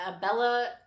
Bella